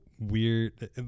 weird